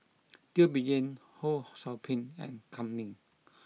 Teo Bee Yen Ho Sou Ping and Kam Ning